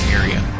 area